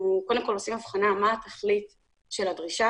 אנחנו קודם כל עושים הבחנה מה התכלית של הדרישה.